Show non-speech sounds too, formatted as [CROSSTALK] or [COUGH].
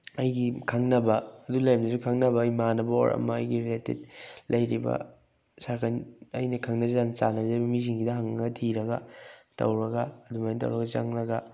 ꯑꯩꯒꯤ ꯈꯪꯅꯕ ꯑꯗꯨ [UNINTELLIGIBLE] ꯈꯪꯅꯕ ꯏꯃꯥꯟꯅꯕ ꯑꯣꯔ ꯑꯃ ꯑꯩꯒꯤ ꯔꯤꯂꯦꯇꯤꯞ ꯂꯩꯔꯤꯕ ꯁꯥꯔꯀꯟ ꯑꯩꯅ ꯈꯪꯅ ꯆꯥꯟꯅꯖꯔꯤꯕ ꯃꯤꯁꯤꯡꯁꯤꯗ ꯍꯪꯉꯒ ꯊꯤꯔꯒ ꯇꯧꯔꯒ ꯑꯗꯨꯃꯥꯏꯅ ꯇꯧꯔꯒ ꯆꯪꯂꯒ